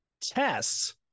tests